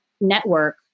network